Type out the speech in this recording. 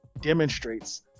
demonstrates